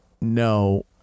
no